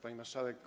Pani Marszałek!